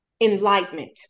enlightenment